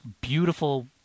beautiful